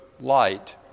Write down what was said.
light